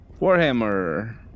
Warhammer